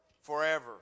forever